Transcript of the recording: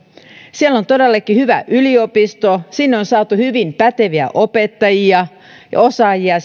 siellä on todellakin hyvä yliopisto sinne ympäristöön on saatu hyvin päteviä opettajia ja osaajia